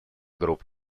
групп